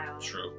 true